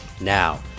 Now